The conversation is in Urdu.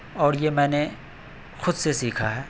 اور یہ میں نے خود سے سیکھا ہے